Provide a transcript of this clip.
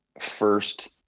first